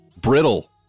brittle